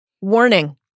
Warning